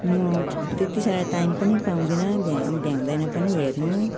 म त्यति साह्रो टाइम पनि पाउँदिनँ भ्याउँदैन पनि हेर्नु